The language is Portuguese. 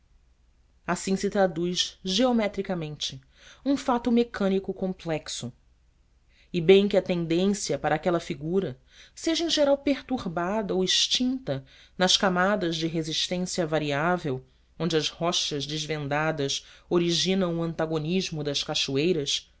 assim se traduz geometricamente um fato mecânico complexo e bem que a tendência para aquela figura seja em geral perturbada ou extinta nas camadas de resistência variável onde as rochas desvendadas originam o antagonismo das cachoeiras